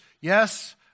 Yes